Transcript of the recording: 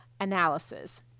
Analysis